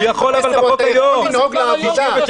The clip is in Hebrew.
אם זה לא מתאים לך.